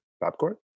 popcorn